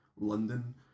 London